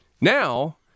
Now